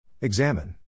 Examine